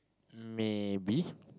maybe